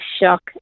shock